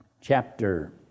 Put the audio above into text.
chapter